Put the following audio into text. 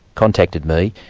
contacted me,